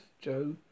Joe